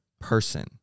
person